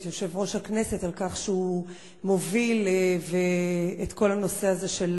יושב-ראש הכנסת על כך שהוא מוביל את כל הנושא הזה של